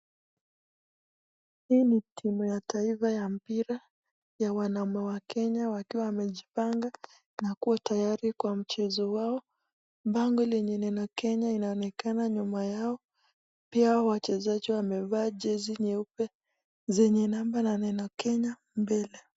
Hii ni timu ya taifa ya mpira, ya wanaume wa Kenya wakiwa wamejipanga , na kuwa tayari kwa mchezo wao , bango lenye neno Kenya linaonekana nyuma yao, pia wachezaji wamevaa jezi jeupe lenye neno Kenya mbele.